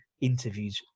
interviews